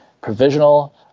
provisional